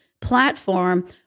platform